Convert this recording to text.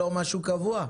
לא משהו קבוע?